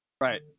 Right